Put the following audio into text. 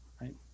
right